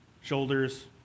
shoulders